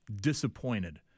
disappointed